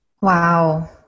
Wow